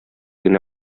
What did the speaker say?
генә